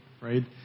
right